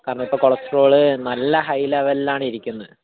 കാരണം ഇപ്പോൾ കൊളെസ്ട്രോൾ നല്ല ഹൈ ലെവലിലാണ് ഇരിക്കുന്നത്